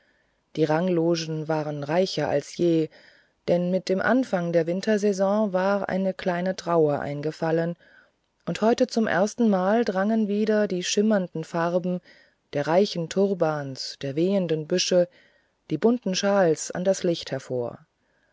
die ranglogen waren reicher als je denn mit dem anfang der wintersaison war eine kleine trauer eingefallen und heute zum erstenmal drangen wieder die schimmernden farben der reichen turbans der wehenden büsche der bunten schals an das licht hervor